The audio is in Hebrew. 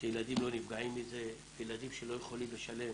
שילדים לא נפגעים מזה, ילדים שלא יכולים לשלם,